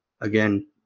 again